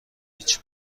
هیچ